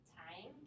time